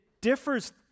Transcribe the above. differs